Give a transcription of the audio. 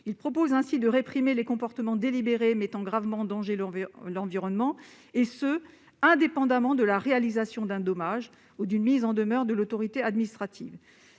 tend ainsi à réprimer les comportements délibérés mettant gravement en danger l'environnement, et ce indépendamment de la réalisation d'un dommage ou d'une mise en demeure de l'autorité administrative.